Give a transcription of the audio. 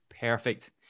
perfect